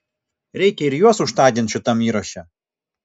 reikia ir juos užtagint šitam įraše